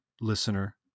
listener